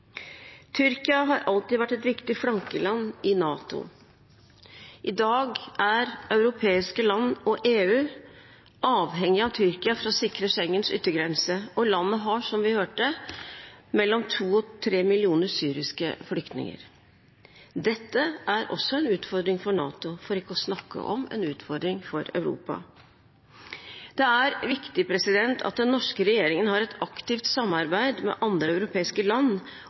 Tyrkia har alltid vært et viktig flankeland i NATO. I dag er europeiske land og EU avhengig av Tyrkia for å sikre Schengens yttergrense, og landet har, som vi hørte, mellom 2 og 3 millioner syriske flyktninger. Dette er også en utfordring for NATO, for ikke å snakke om en utfordring for Europa. Det er viktig at den norske regjeringen har et aktivt samarbeid med andre europeiske land